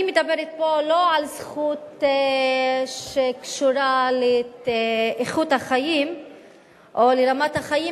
אני מדברת פה לא על זכות שקשורה לאיכות החיים או לרמת החיים,